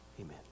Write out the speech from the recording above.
Amen